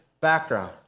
background